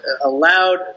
allowed